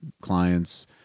clients